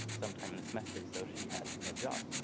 sometime in the semester. so she had no job.